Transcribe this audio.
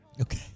Okay